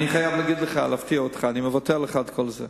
אני חייב להגיד לך ולהפתיע אותך: אני מוותר לך על כל זה.